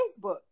Facebook